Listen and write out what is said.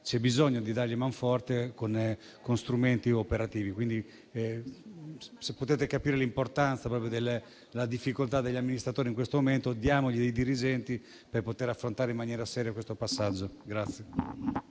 c'è bisogno di dar loro manforte con strumenti operativi. Pertanto, se potete capire l'entità della difficoltà degli amministratori in questo momento, diamo loro dei dirigenti per poter affrontare in maniera seria questo passaggio.